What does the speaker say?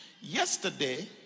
Yesterday